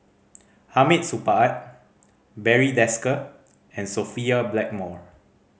Hamid Supaat Barry Desker and Sophia Blackmore